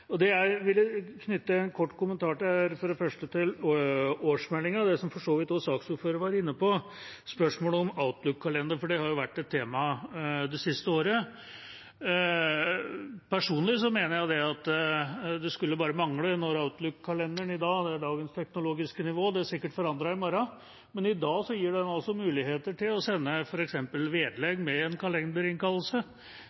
Det jeg ville knytte en kort kommentar til, er for det første årsmeldinga og det som saksordføreren for så vidt også var inne på, spørsmålet om Outlook-kalender, for det har jo vært et tema det siste året. Personlig mener jeg at det skulle bare mangle når Outlook-kalenderen i dag – med dagens teknologiske nivå, som sikkert er forandret i morgen – gir muligheter til f.eks. å sende vedlegg med en